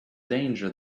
danger